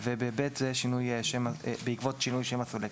ולגבי (ב), זה בעקבות שינוי שם הסולק.